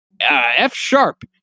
F-sharp